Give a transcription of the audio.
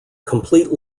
complete